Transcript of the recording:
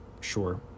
sure